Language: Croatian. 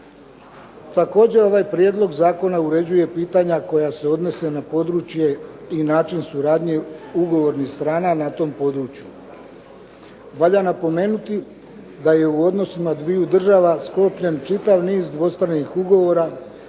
Također ovaj Prijedlog zakona uređuje pitanja koja se odnose na područje i način suradnje ugovornih strana na tom području. Valja napomenuti da je u odnosu na dviju država sklopljen čitav niz dvostranih ugovora